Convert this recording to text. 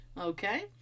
Okay